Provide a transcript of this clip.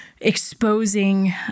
exposing